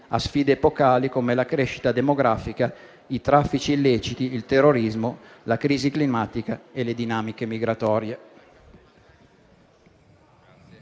a sfide epocali come la crescita demografica, i traffici illeciti, il terrorismo, la crisi climatica e le dinamiche migratorie.